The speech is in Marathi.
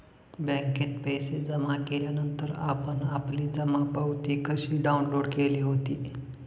बँकेत पैसे जमा केल्यानंतर आपण आपली जमा पावती कशी डाउनलोड केली होती?